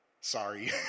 sorry